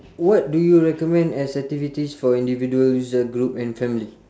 what do you recommend as activities for individuals group and family